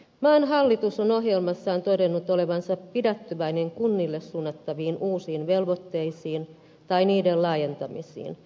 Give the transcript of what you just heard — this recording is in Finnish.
maan hallitus on ohjelmassaan todennut olevansa pidättyväinen kunnille suunnattavien uusien velvoitteiden tai niiden laajentamisen suhteen